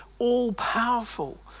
all-powerful